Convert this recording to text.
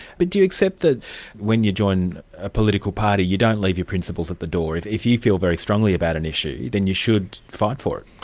but do you accept that when you join a political party you don't leave your principles at the door. if if you feel very strongly an issue, then you should fight for it.